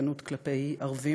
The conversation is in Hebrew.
גזענות כלפי ערבים,